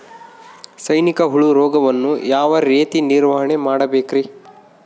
ಸೈನಿಕ ಹುಳು ರೋಗವನ್ನು ಯಾವ ರೇತಿ ನಿರ್ವಹಣೆ ಮಾಡಬೇಕ್ರಿ?